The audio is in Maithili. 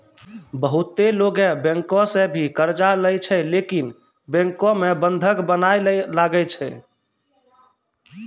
बहुते लोगै बैंको सं भी कर्जा लेय छै लेकिन बैंको मे बंधक बनया ले लागै छै